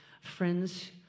friends